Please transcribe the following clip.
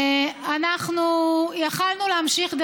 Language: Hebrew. אנחנו יכולנו להמשיך,